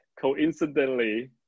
coincidentally